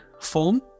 form